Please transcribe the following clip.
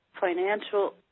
financial